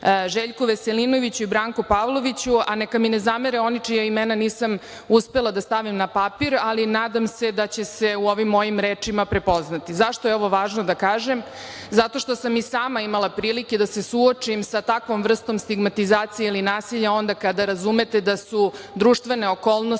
Željku Veselinoviću i Branku Pavloviću, a neka mi ne zamere oni čija imena nisam uspela da stavim na papir, ali nadam se da će se u ovim mojim rečima prepoznati. Zašto je ovo važno da kažem? Zato što sam i sama imala prilike da se suočim sa takvom vrstom stigmatizacije ili nasilja onda kada razumete da su društvene okolnosti